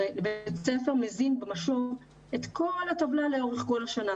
הרי בית הספר מזין במשוב את כל הטבלה לאורך כל השנה,